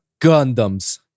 Gundams